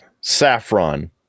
saffron